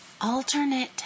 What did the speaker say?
alternate